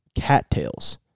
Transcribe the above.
cattails